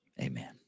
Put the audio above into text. Amen